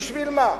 בשביל מה?